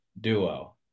duo